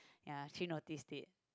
ya actually noticed it